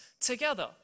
together